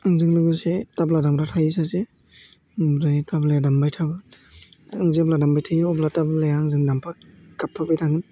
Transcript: आंजों लोगोसे टाब्ला दामग्रा थायो सासे ओमफ्राय टाब्लाया दामबाय थाबा आं जेब्ला दामबाय थायो अब्ला टाब्लाया आंजों दामफा गाबफाबाय थागोन